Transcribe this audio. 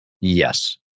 Yes